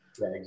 Right